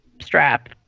strap